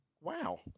Wow